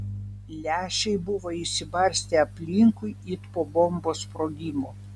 lęšiai buvo išsibarstę aplinkui it po bombos sprogimo